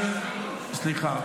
סליחה.